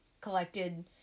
collected